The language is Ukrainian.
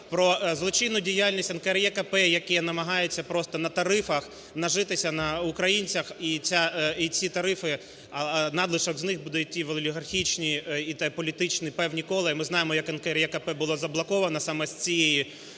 про злочинну діяльність НКРЕКП, яке намагається просто на тарифах нажитися, на українцях, і ці тарифи, надлишок з них буде йти в олігархічні і політичні певні кола. І ми знаємо, як НКРЕКП було заблоковано саме з цією